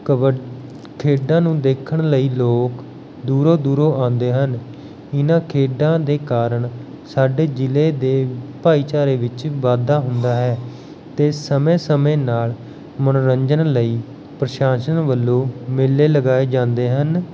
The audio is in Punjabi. ਕਬੱਡ ਖੇਡਾਂ ਨੂੰ ਦੇਖਣ ਲਈ ਲੋਕ ਦੂਰੋਂ ਦੂਰੋਂ ਆਉਂਦੇ ਹਨ ਇਹਨਾਂ ਖੇਡਾਂ ਦੇ ਕਾਰਨ ਸਾਡੇ ਜ਼ਿਲ੍ਹੇ ਦੇ ਭਾਈਚਾਰੇ ਵਿੱਚ ਵਾਧਾ ਹੁੰਦਾ ਹੈ ਅਤੇ ਸਮੇਂ ਸਮੇਂ ਨਾਲ ਮਨੋਰੰਜਨ ਲਈ ਪ੍ਰਸ਼ਾਸ਼ਨ ਵੱਲੋਂ ਮੇਲੇ ਲਗਾਏ ਜਾਂਦੇ ਹਨ